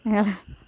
எங்கள்